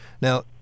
Now